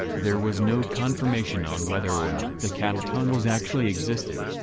there was no confirmation on whether or not cattle tunnels actually existed.